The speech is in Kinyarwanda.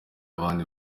abandi